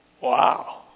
wow